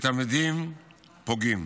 ולתלמידים פוגעים.